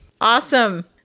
Awesome